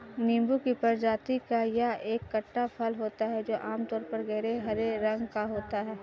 नींबू की प्रजाति का यह एक खट्टा फल होता है जो आमतौर पर गहरे हरे रंग का होता है